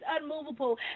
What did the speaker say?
unmovable